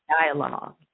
dialogue